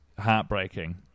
heartbreaking